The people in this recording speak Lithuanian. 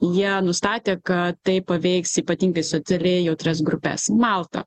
jie nustatė kad tai paveiks ypatingai socialiai jautrias grupes malta